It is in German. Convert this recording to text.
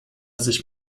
sich